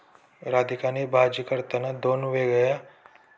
राधिकाने भाजी करताना त्यात दोन हिरव्या वेलच्या, दालचिनी आणि लवंगा टाकल्या